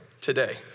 today